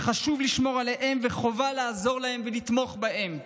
וחשוב לשמור עליהם וחובה לעזור ולתמוך בהם.